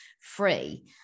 free